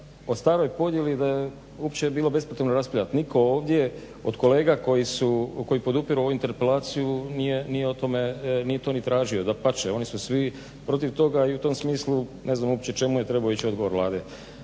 o staroj podjeli da je uopće bilo bespotrebno raspravljati. Nitko ovdje od kolega koji podupiru ovu interpelaciju nije to ni tražio dapače oni su svi protiv toga i u tom smislu ne znam uopće čemu je trebao ići odgovor Vlade.